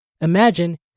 Imagine